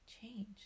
change